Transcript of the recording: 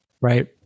Right